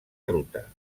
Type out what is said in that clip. ruta